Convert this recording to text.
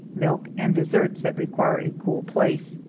milk, and desserts that require a cool place.